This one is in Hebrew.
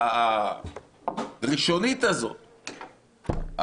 הראשונית הזאת,